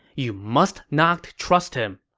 you must not trust him.